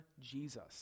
Jesus